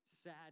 sad